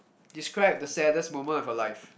describe the saddest moment of your life